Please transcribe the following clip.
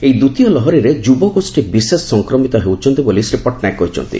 ଏହି ଦ୍ୱିତୀୟ ଲହରୀରେ ଯୁବ ଗୋଷୀ ବିଶେଷ ସଂକ୍ରମିତ ହେଉଛନ୍ତି ବୋଲି ଶ୍ରୀ ପଟ୍ଟନାୟକ କହିଛନ୍ତି